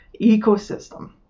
ecosystem